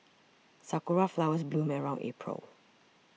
sakura flowers bloom around April